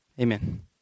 Amen